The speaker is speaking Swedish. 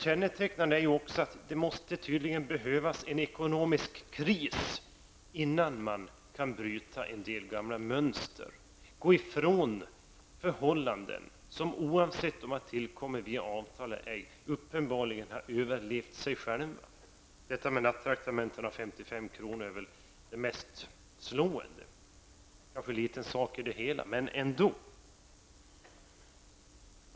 Kännetecknande är att det tydligen behövs en ekonomisk kris innan man kan bryta en del gamla mönster och gå ifrån förhållanden som oavsett om de tillkommit via avtal eller ej uppenbarligen har överlevt sig själva. Nattraktamentena på 55 kr. är väl det mest slående. Det kanske emellertid är en liten sak i det hela.